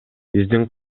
биздин